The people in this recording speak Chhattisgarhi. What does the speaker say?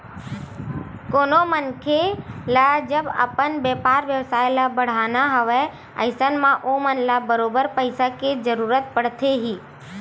कोनो मनखे ल जब अपन बेपार बेवसाय ल बड़हाना हवय अइसन म ओमन ल बरोबर पइसा के जरुरत पड़थे ही